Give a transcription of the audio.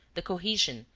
the cohesion,